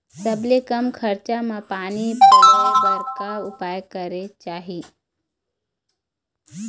सबले कम खरचा मा पानी पलोए बर का उपाय करेक चाही?